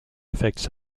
effects